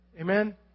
Amen